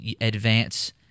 advance